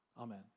amen